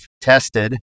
tested